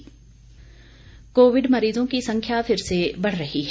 Covid संदेश Covid मरीजों की संख्या फिर से बढ़ रही है